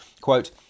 Quote